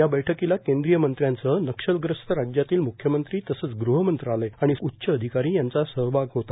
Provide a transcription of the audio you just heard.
या बैठकीला केंद्रीय मंत्र्यांसह नक्षलग्रस्त राज्यातील मुख्यमंत्री तसंच गृह मंत्रालय आणि स्रक्षा विषयक उच्च अधिकारी यांचा सहभाग होता